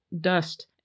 dust